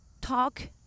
talk